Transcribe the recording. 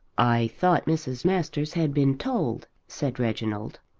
i thought mrs. masters had been told, said reginald.